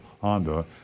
Honda